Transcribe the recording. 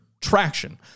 traction